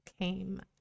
came